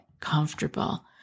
Comfortable